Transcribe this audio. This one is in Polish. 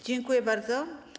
Dziękuję bardzo.